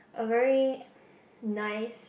a very nice